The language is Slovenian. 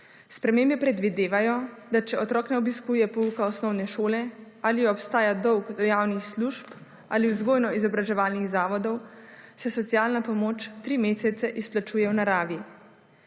Spremembe predvidevajo, da če otrok ne obiskuje pouka osnovne šole ali obstaja dolg do javnih služb ali vzgojno izobraževalnih zavodov se socialna pomoč 3 mesece izplačuje v naravi.